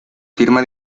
firma